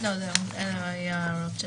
אלה ההערות שלי.